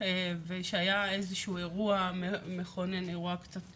ושהיה איזשהו אירוע מכונן, אירוע קצת קשה,